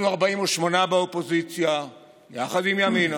אנחנו 48 באופוזיציה יחד עם ימינה,